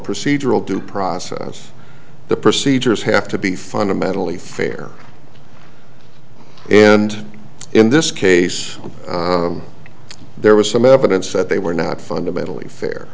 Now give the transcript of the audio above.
procedural due process the procedures have to be fundamentally fair and in this case there was some evidence that they were not fundamentally fair